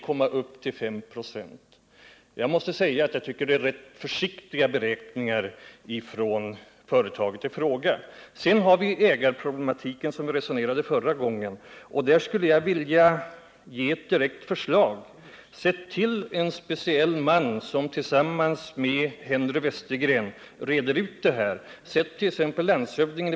Enligt uppgift har det nu träffats ett avtal mellan Växjö och Linköpings stift å ena sidan och Munksjö Bruk AB, Jönköping, och Holmens Bruk AB, Norrköping, å andra sidan om en överlåtelse av ca 6 000 ha skogsmark. Överlåtelsen skall enligt uppgift ske före den nya jordförvärvslagens ikraftträdande den 1 juli 1979.